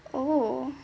oh